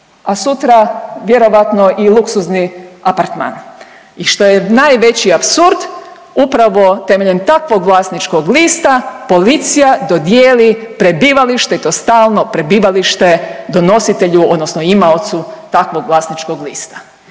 a sutra vjerojatno i luksuzni apartman. I što je najveći apsurd upravo temeljem takvog vlasničkog lista policija dodijeli prebivalište i to stalno prebivalište donositelju odnosno imaocu takvog vlasničkog lista.